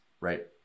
right